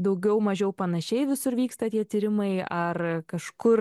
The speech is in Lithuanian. daugiau mažiau panašiai visur vyksta tie tyrimai ar kažkur